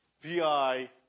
Vi